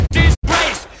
disgrace